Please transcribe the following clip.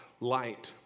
light